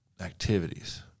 activities